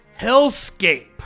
Hellscape